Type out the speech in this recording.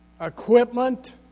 equipment